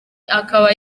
akaba